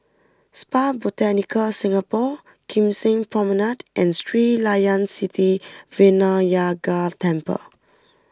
Spa Botanica Singapore Kim Seng Promenade and Sri Layan Sithi Vinayagar Temple